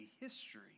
history